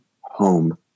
home